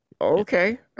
okay